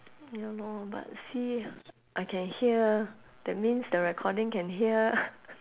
ya lor but see I can hear that means the recording can hear